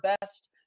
best